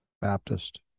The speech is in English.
Baptist